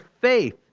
faith